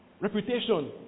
reputation